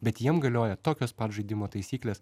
bet jiem galioja tokios pat žaidimo taisyklės